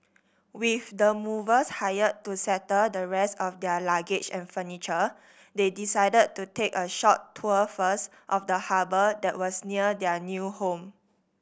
with the movers hired to settle the rest of their luggage and furniture they decided to take a short tour first of the harbour that was near their new home